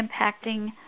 impacting